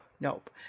Nope